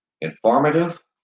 informative